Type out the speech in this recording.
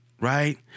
right